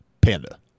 Panda